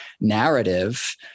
narrative